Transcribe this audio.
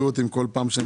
אגף התקציבים, משרד האוצר.